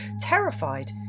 terrified